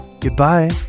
Goodbye